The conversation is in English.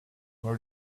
all